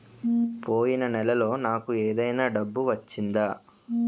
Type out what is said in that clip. పోయిన నెలలో నాకు ఏదైనా డబ్బు వచ్చిందా?